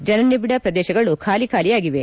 ಜನನಿಬಿಡ ಪ್ರದೇಶಗಳು ಖಾಲಿ ಖಾಲಿಯಾಗಿವೆ